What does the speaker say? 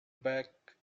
back